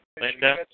Linda